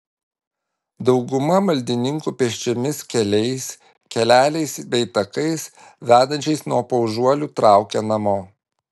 dauguma maldininkų pėsčiomis keliais keleliais bei takais vedančiais nuo paužuolių traukia namo